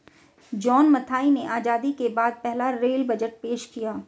John Mathai ने आजादी के बाद पहला रेल बजट पेश किया